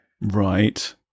Right